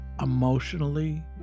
emotionally